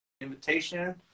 invitation